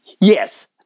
Yes